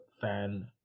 fan